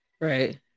right